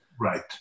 Right